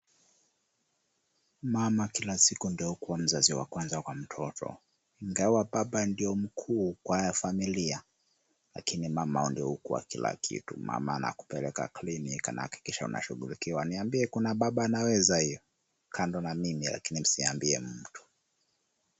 Mama kila siku ndiye hukuwa mzazi wa kwanza kwa mtoto, ingawa baba ndiye mkuu kwa familia lakini mama ndiye hukuwa kila kitu, mama anakupeleka kliniki, anahikikisha unashughulikiwa, niambie kuna baba anaweza hiyo kando na mimi lakini musiambie mtu?